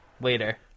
later